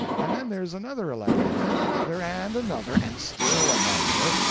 and then there's another elected, and another and another and still another,